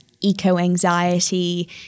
eco-anxiety